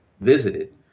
visited